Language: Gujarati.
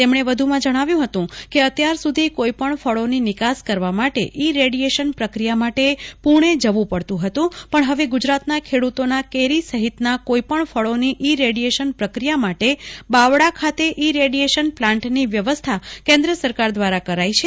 તેમણે વધુ માં જણાવ્યું કે અત્યાર સુ ધી કોઇપણ ફળોની નિકાસ કરવા માટે ઇરેડિચેશન પ્રક્રિયા માટે પુણે જવું પડતું હતુ પણ હવે ગુજરાતના ખેડુતોના ડેરી સહિતના કોઇપણ ફળોની ઇરેડિયેશન પ્રક્રિયા માટે બાવળામાં ઇરેડિયેશન પ્લાન્ટની વ્યવસ્થા કેન્દ્ર સરકાર દ્વારા કરાઇ છે